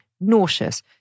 nauseous